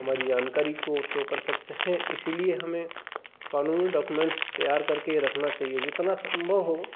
हमारी जानकारी को शो कर सकते हैं इसलिए हमें क़ानूनी डॉक्युमेंट्स तैयार करके रखना चाहिए जितना संभव हो